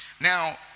Now